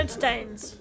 stains